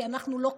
כי אנחנו לא כאלה,